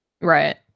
Right